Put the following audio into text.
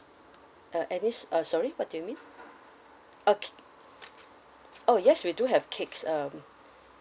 uh at least uh sorry what do you mean okay uh oh yes we do have cakes um